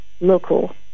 local